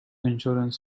insurance